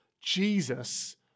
Jesus